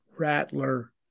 Rattler